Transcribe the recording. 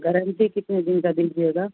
guarantee कितने दिन का दीजिएगा